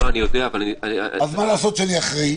אז מה לעשות שאני אחראי?